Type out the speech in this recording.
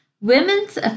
Women's